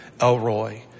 Elroy